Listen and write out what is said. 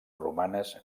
romanes